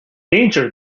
danger